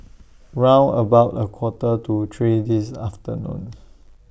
round about A Quarter to three This afternoon